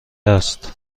است